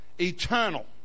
eternal